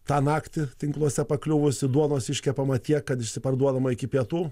tą naktį tinkluose pakliuvusi duonos iškepama tiek kad išsiparduodama iki pietų